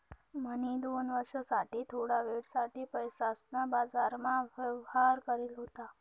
म्हणी दोन वर्ष साठे थोडा वेळ साठे पैसासना बाजारमा व्यवहार करेल होता